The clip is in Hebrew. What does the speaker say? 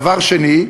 דבר שני,